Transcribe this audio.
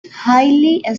hayley